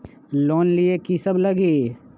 Loan लिए की सब लगी?